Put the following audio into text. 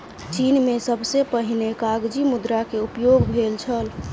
चीन में सबसे पहिने कागज़ी मुद्रा के उपयोग भेल छल